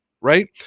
right